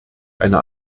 eine